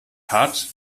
hat